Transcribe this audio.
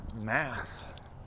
math